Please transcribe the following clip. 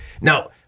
Now